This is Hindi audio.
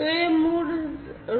तो यह मूल